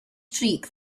streak